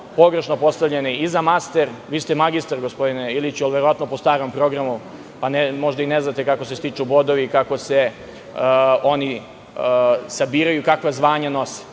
pogrešno postavljene i za master. Vi ste magistar, gospodine Iliću, ali verovatno po starom programu. Možda i ne znate kako se stiču bodovi, kako se oni sabiraju, kakva zvanja nose.